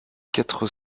quatre